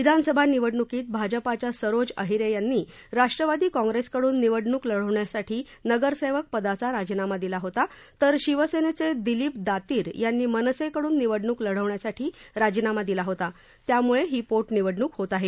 विधानसभा निवडणूकीत भाजपाच्या सरोज आहिरे यांनी राष्ट्रवादी कॉप्रेस कडून निवडणूक लढवण्यासाठी नगरसेवक पदाचा राजीनामा दिला होता तर शिवसेनेचे दिलीप दातीर यांनी मनसेकडून निवडणूक लढविण्यासाठी राजीनामा दिला होता त्यामुळे ही पोटनिवडणूक होत आहे